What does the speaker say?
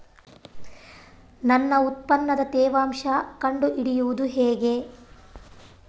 ನನ್ನ ಉತ್ಪನ್ನದ ತೇವಾಂಶ ಕಂಡು ಹಿಡಿಯುವುದು ಹೇಗೆ?